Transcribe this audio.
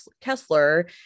Kessler